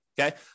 Okay